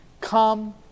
Come